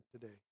today